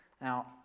Now